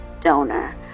donor